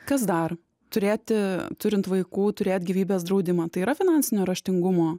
kas dar turėti turint vaikų turėt gyvybės draudimą tai yra finansinio raštingumo